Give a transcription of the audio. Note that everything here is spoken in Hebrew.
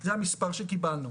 זה המספר שקיבלנו.